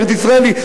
הארץ-ישראלי,